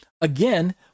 again